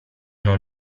non